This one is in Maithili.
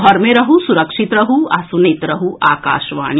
घर मे रहू सुरक्षित रहू आ सुनैत रहू आकाशवाणी